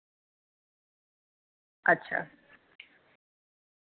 अच्छा